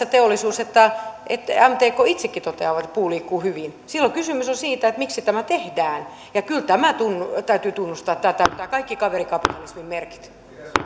sekä metsäteollisuus että mtk itsekin toteavat että puu liikkuu hyvin silloin kysymys on siitä miksi tämä tehdään kyllä tämä täytyy tunnustaa tämä täyttää kaikki kaverikapitalismin merkit